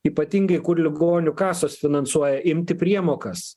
ypatingai kur ligonių kasos finansuoja imti priemokas